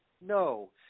no